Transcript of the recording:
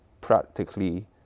practically